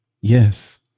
Yes